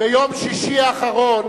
ביום שישי האחרון